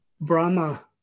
Brahma